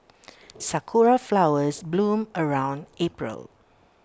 Sakura Flowers bloom around April